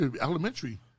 elementary